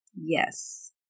yes